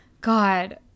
God